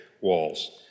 walls